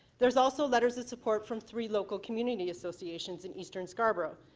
there's also letters of support from three local community association in eastern scarborough,